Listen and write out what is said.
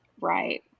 Right